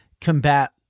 combat